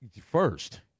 First